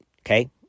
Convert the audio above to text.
Okay